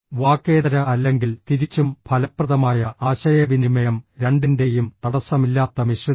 വാക്കേതര അല്ലെങ്കിൽ തിരിച്ചും ഫലപ്രദമായ ആശയവിനിമയം രണ്ടിന്റെയും തടസ്സമില്ലാത്ത മിശ്രിതമാണ്